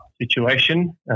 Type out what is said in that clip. situation